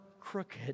crooked